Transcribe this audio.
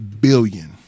Billion